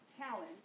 talent